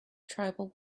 tribal